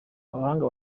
abahanga